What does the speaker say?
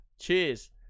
Cheers